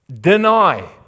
deny